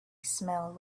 smell